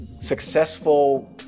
successful